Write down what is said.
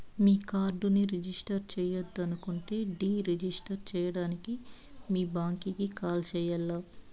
మీ కార్డుని రిజిస్టర్ చెయ్యొద్దనుకుంటే deregister సేయడానికి మీ బ్యాంకీకి కాల్ సెయ్యాల్ల